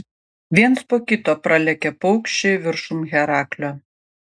viens po kito pralėkė paukščiai viršum heraklio